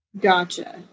Gotcha